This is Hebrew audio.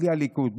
בלי הליכוד,